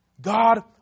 God